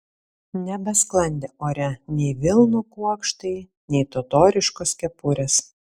nebesklandė ore nei vilnų kuokštai nei totoriškos kepurės